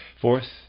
Fourth